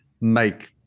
make